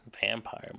vampire